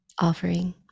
offering